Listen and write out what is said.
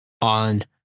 on